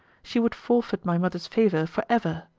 she would forfeit my mother's favour for ever.